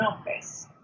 office